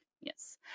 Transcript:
Yes